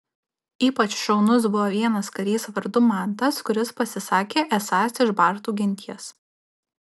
ypač šaunus buvo vienas karys vardu mantas kuris pasisakė esąs iš bartų genties